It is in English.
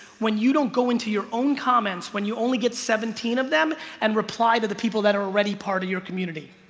when you don't go into your own comments when you only get seventeen of them and reply to the people that are already part of your community